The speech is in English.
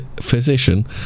physician